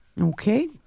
okay